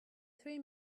three